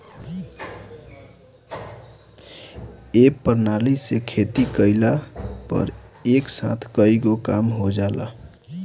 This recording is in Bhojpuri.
ए प्रणाली से खेती कइला पर एक साथ कईगो काम हो जाला